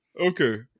Okay